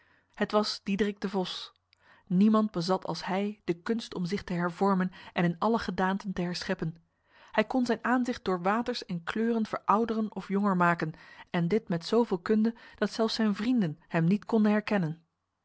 het was diederik de vos niemand bezat als hij de kunst om zich te hervormen en in alle gedaanten te herscheppen hij kon zijn aanzicht door waters en kleuren verouderen of jonger maken en dit met zoveel kunde dat zelfs zijn vrienden hem niet konden herkennen